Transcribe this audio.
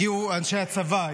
הגיעו אנשי הצבא,